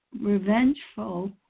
revengeful